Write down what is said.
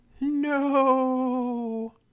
No